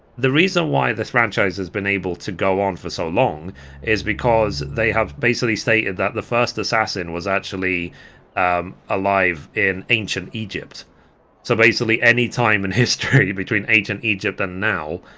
the reason why this franchise has been able to go on for so long is because they have basically stated that the first assassin was actually alive in ancient egypt so basically any time in history between ancient egypt and now